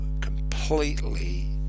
completely